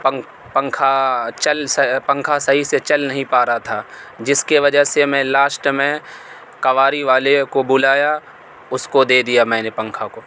پنکھ پنکھا چل پنکھا صحیح سے چل نہیں پا رہا تھا جس کے وجہ سے میں لاسٹ میں کباڑی والے کو بلایا اس کو دے دیا میں نے پنکھا کو